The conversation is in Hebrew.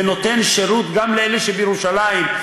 זה נותן שירות גם לאלה שבירושלים,